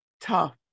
tough